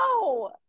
no